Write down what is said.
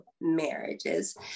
marriages